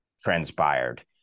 transpired